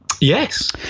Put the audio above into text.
Yes